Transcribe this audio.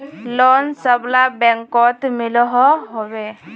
Loan सबला बैंकोत मिलोहो होबे?